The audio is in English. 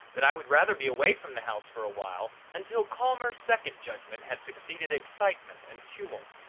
that i would rather be away from the house for a while, until calmer second judgment had succeeded excitement and tumult.